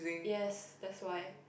yes that's why